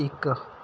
ਇੱਕ